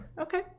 Okay